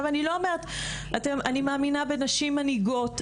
אני מאמינה בנשים מנהיגות,